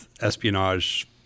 espionage